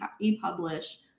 e-publish